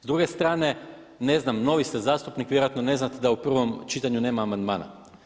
S druge strane, ne znam novi ste zastupnik, vjerojatno ne znate da u prvom čitanju nema amandmana.